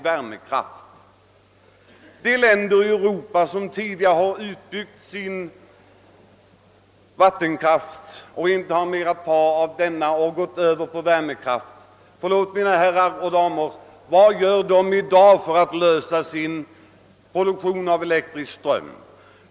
Vad gör de länder i Europa, vilka tidigare utbyggt sin vattenkraft och nu inte har mera kvar av denna och därefter gått över till värmekraft för att öka sin produktion av elektrisk ström?